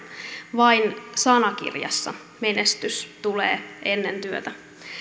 vain sanakirjassa menestys tulee ennen työtä